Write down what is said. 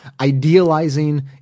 idealizing